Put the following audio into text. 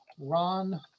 Ron